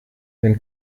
wenn